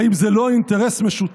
האם זה לא אינטרס משותף?